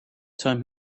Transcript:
time